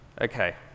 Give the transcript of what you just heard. Okay